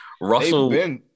russell